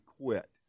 quit